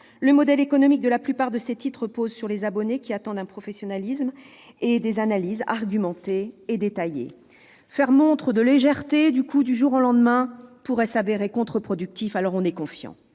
Le modèle économique de la plupart des titres repose sur les abonnés, qui attendent un professionnalisme et des analyses argumentées et détaillées. Faire montre de légèreté du jour au lendemain pourrait s'avérer contreproductif. Soyons donc confiants.